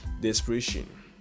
desperation